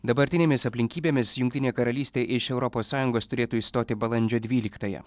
dabartinėmis aplinkybėmis jungtinė karalystė iš europos sąjungos turėtų išstoti balandžio dvyliktąją